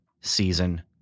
season